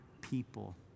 people